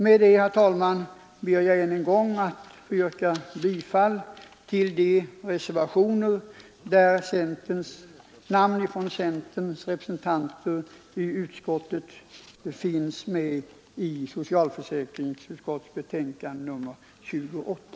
Med detta, herr talman, ber jag ännu en gång att få yrka bifall till de reservationer i socialförsäkringsutskottets betänkande nr 28, som undertecknats av centerpartiets representanter.